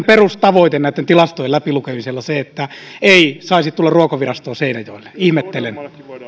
perustavoite näitten tilastojen läpi lukemisella se että ei saisi tulla ruokavirastoa seinäjoelle ihmettelen